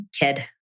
kid